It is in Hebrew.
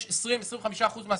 יש 25 אחוזים מהעסקים,